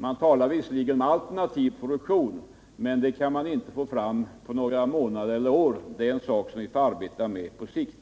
Det talas också om alternativ produktion, men en sådan kan man inte få fram på några månader eller några år. Det är något som vi får arbeta med på sikt.